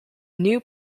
new